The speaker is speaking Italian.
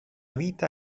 vita